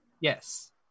Yes